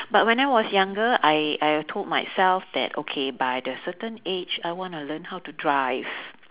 but when I was younger I I told myself that okay by the certain age I want to learn how to drive